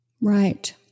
Right